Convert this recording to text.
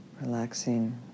Relaxing